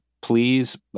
please